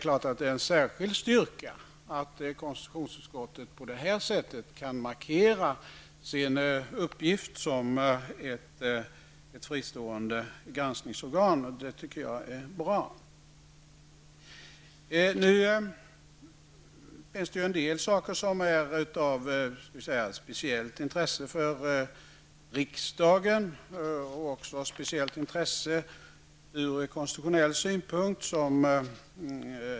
Det är en särskild styrka att konstitutionsutskottet på detta sätt kan markera sin uppgift som ett fristående granskningsorgan. Det tycker jag är bra. Det finns en del frågor i årets betänkande som är av speciellt intresse för riksdagen och från konstitutionell synpunkt.